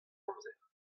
amzer